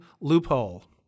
loophole